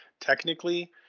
technically